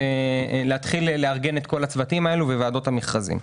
להתחיל לארגן את כל הצוותים האלה בוועדות המכרזים.